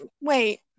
wait